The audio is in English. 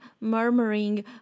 murmuring